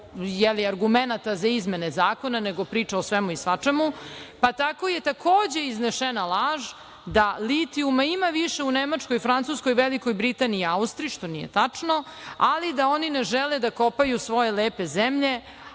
argumenta za izmene zakona, nego priča o svemu i svačemu, pa tako je, takođe, iznesena laž da litijuma ima više u Nemačkoj, Francuskoj, Velikoj Britaniji i Austriji, što nije tačno, ali da oni ne žele da kopaju svoje lepe zemlje,